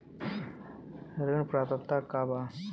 ऋण पात्रता का बा?